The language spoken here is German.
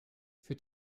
für